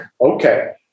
okay